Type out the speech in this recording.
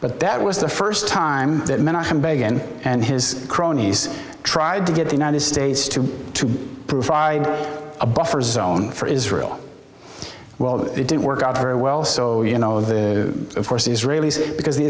but that was the first time that menachem begin and his cronies tried to get the united states to provide a buffer zone for israel well it didn't work out very well so you know the of course the israelis because the